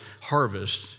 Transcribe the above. harvest